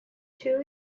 two